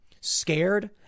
scared